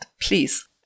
Please